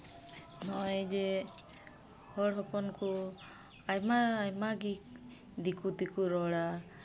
ᱱᱚᱜᱼᱚᱭ ᱡᱮ ᱦᱚᱲ ᱦᱚᱯᱚᱱ ᱠᱚ ᱟᱭᱢᱟ ᱟᱭᱢᱟ ᱜᱮ ᱫᱤᱠᱩ ᱛᱮᱠᱚ ᱨᱚᱲᱼᱟ